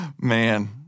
man